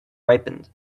ripened